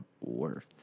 worth